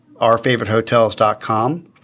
ourfavoritehotels.com